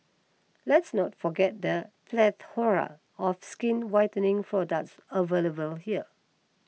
let's not forget the plethora of skin whitening products available here